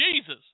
Jesus